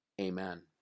Amen